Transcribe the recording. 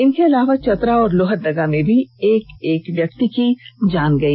इसके अलावा चतरा और लोहरदगा में भी एक एक व्यक्ति की जान गई